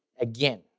again